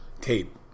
tape